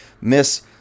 Miss